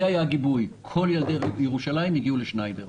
זה היה הגיבוי כל ילדי ירושלים הגיעו לשניידר.